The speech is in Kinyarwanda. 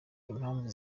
impamvu